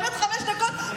אני אומרת: חמש דקות,